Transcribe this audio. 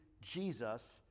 Jesus